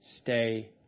Stay